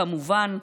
כמובן,